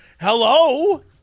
hello